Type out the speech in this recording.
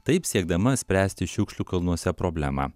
taip siekdama spręsti šiukšlių kalnuose problemą